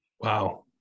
Wow